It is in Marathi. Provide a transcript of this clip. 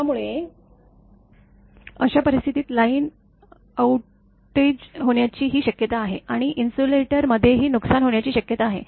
त्यामुळे अशा परिस्थितीत लाइन आउटेज होण्याची ही शक्यता आहे आणि इन्सुलेटरमध्येही नुकसान होण्याची शक्यता आहे